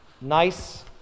nice